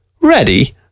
Ready